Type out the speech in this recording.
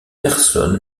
personne